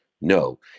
No